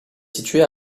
située